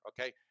okay